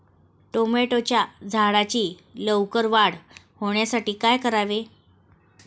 टोमॅटोच्या झाडांची लवकर वाढ होण्यासाठी काय करावे?